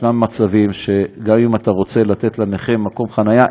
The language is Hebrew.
יש מצבים שגם אם אתה רוצה לתת לנכה מקום חניה,